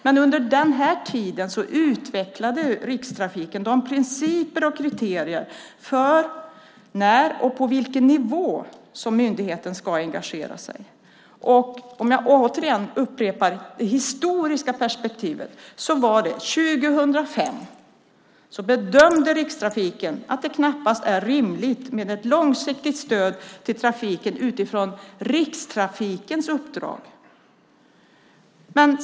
Men under den här tiden utvecklade Rikstrafiken principer och kriterier för när och på vilken nivå som myndigheten ska engagera sig. Om jag upprepar det historiska perspektivet bedömde Rikstrafiken 2005 att det knappast är rimligt med ett långsiktigt stöd till trafiken utifrån Rikstrafikens uppdrag.